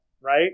right